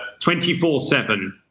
24-7